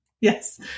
yes